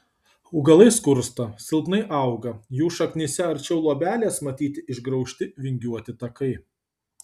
augalai skursta silpnai auga jų šaknyse arčiau luobelės matyti išgraužti vingiuoti takai